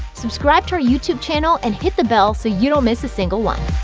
subscribe to our youtube channel and hit the bell so you don't miss a single one.